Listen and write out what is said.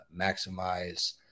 maximize